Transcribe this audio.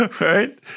Right